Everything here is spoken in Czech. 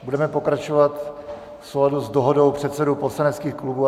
Budeme pokračovat v souladu s dohodou předsedů poslaneckých klubů.